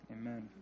amen